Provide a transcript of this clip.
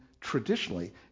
traditionally